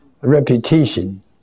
repetition